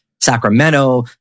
Sacramento